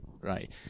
right